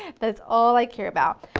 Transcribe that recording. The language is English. that is all i care about,